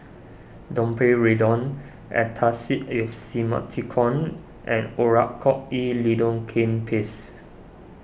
Domperidone Antacid with Simethicone and Oracort E Lidocaine Paste